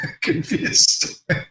confused